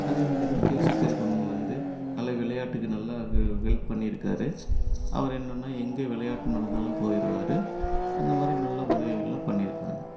அதே மாரி கேசி கருப்பண்ணன் வந்து நல்லா விளையாட்டுக்கு நல்லா ஹெல்ப் பண்ணியிருக்காரு அவர் என்னன்னா எங்கே விளையாட்டு நடந்தாலும் போயிடுவாரு அந்த மாதிரி நல்லா உதவிகள்லாம் பண்ணியிருக்காங்க